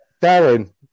Darren